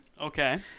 Okay